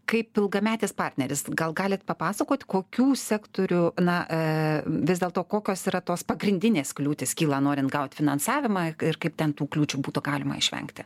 kaip ilgametis partneris gal galit papasakot kokių sektorių na vis dėlto kokios yra tos pagrindinės kliūtys kyla norint gaut finansavimą ir kaip ten tų kliūčių būtų galima išvengti